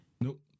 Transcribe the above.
Nope